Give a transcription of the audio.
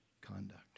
conduct